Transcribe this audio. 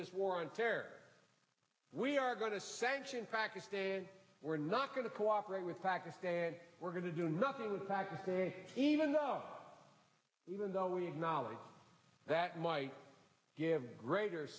this war on terror we are going to sanction pakistan we're not going to cooperate with pakistan we're going to do nothing practically even though even though we acknowledge that might give greater